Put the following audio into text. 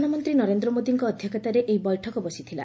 ପ୍ରଧାନମନ୍ତୀ ନରେନ୍ଦ୍ର ମୋଦିଙ୍କ ଅଧ୍ଧକ୍ଷତାରେ ଏହି ବୈଠକ ବସିଥିଲା